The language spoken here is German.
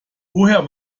woher